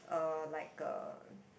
um like a